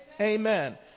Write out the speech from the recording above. Amen